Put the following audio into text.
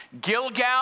Gilgal